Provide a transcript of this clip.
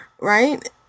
right